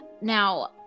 Now